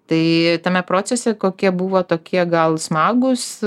tai tame procese kokie buvo tokie gal smagūs